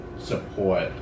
support